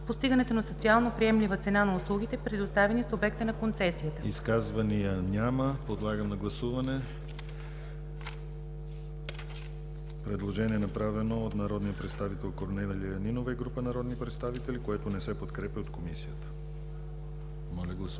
постигането на социално приемлива цена на услугите, предоставяни с обекта на концесията.“ ПРЕДСЕДАТЕЛ ДИМИТЪР ГЛАВЧЕВ: Изказвания? Няма. Подлагам на гласуване предложение, направено от народния представител Корнелия Нинова и група народни представители, което не се подкрепя от Комисията. Гласували